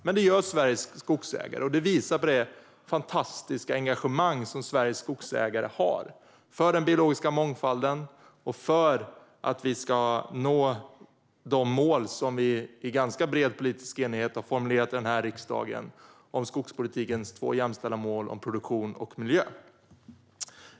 Men det gör Sveriges skogsägare, och det visar på det fantastiska engagemang som de har för den biologiska mångfalden och för att vi ska nå de mål som vi i ganska bred politisk enighet har formulerat i den här riksdagen: skogspolitikens två jämställda mål om produktion och miljö.